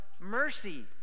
Mercy